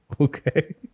Okay